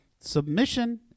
submission